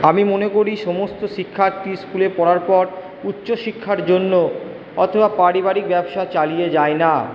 আমি মনে করি সমস্ত শিক্ষার্থী স্কুলে পড়ার পর উচ্চ শিক্ষার জন্য অথবা পারিবারিক ব্যবসা চালিয়ে যায় না